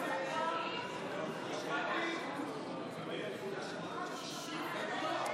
הסתייגות מס' 38 אם כן,